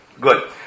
Good